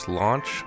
launch